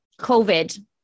COVID